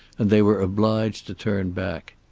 and they were obliged to turn back.